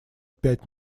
пять